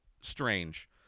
strange